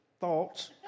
Thoughts